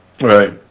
Right